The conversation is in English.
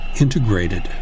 integrated